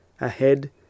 ahead